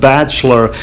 Bachelor